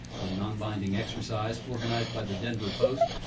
the non-binding exercise, organized by the denver post,